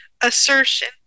Assertion